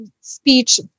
speech